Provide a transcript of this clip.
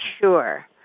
sure